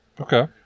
okay